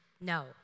No